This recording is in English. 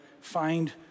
find